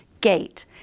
gate